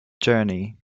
journey